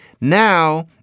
now